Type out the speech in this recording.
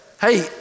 hey